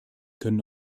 können